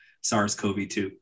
SARS-CoV-2